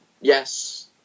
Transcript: Yes